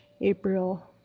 April